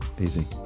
easy